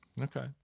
Okay